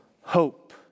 hope